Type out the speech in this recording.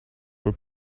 were